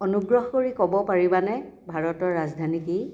অনুগ্ৰহ কৰি ক'ব পাৰিবানে ভাৰতৰ ৰাজধানী কি